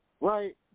right